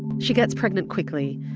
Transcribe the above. she gets pregnant quickly.